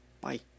Bye